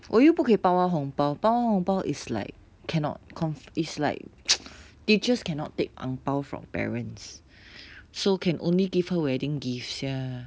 我又不可以包她红包包她红包 is like cannot because is like teachers cannot take ang bao from parents so can only give her wedding gifts ya